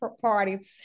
party